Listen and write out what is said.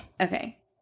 Okay